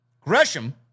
Gresham